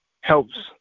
helps